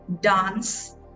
dance